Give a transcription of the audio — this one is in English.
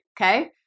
okay